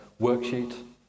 worksheet